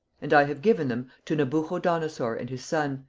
and i have given them to nebuchodonosor and his son,